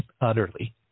Utterly